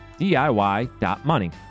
DIY.money